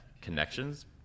connections